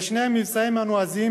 שני המבצעים הנועזים,